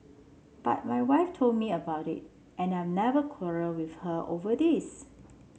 but my wife told me about it and I've never quarrelled with her over this